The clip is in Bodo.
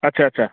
आथसा आथसा